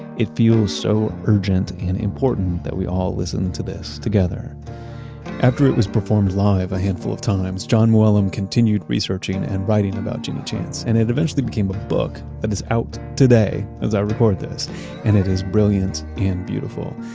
it feels so urgent and important that we all listen to this together after it was performed live a handful of times, jon mooallem continued researching and writing about genie chance and it eventually became a book that is out today as i record this and it is brilliant and beautiful.